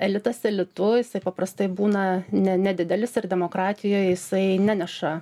elitas elitu jisai paprastai būna ne nedidelis ir demokratijoj jisai neneša